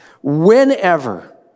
whenever